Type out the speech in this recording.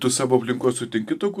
tu savo aplinkoj sutinki tų kur